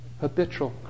Habitual